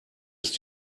ist